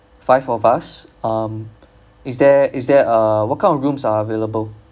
five of us um is there is there uh what kind of rooms are available